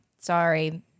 sorry